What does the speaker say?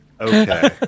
okay